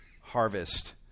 harvest